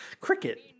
Cricket